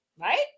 Right